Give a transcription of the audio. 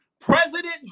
President